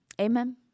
Amen